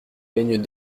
peignes